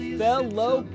fellow